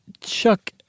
Chuck